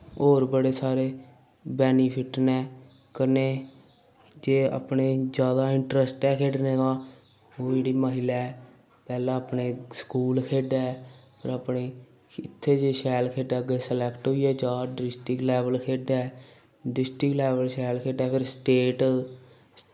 होर बड़े सारे बैनिफिट न कन्नै जे अपने जादा इंट्रस्ट ऐ खेढने दा ओह् जेह्ड़ी महिला ऐ पैह्लें अपने स्कूल खेढै फिर अपने इत्थें जे शैल खेढै अग्गें स्लैक्ट होइयै जा डिस्टिक लैवल खेढै डिस्टिक लैवल शैल खेढै अगर स्टेट